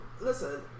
Listen